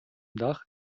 dach